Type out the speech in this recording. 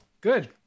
good